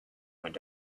went